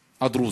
הדרוזים,